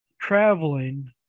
traveling